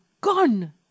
gone